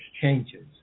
changes